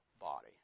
body